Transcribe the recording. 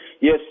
yes